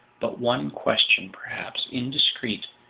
but one question, perhaps indiscreet,